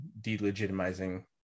delegitimizing